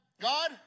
God